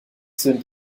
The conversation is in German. sind